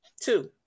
Two